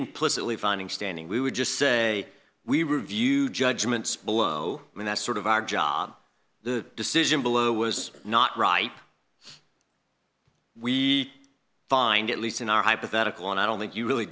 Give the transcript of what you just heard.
implicitly finding standing we would just say we review judgments below and that sort of our job the decision below was not ripe we find at least in our hypothetical and i don't think you really